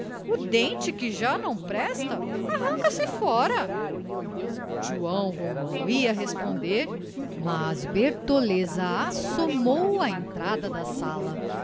o dente que já não presta arranca se fora joão romão ia responder mas bertoleza assomou à entrada da sala